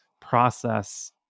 process